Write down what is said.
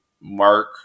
Mark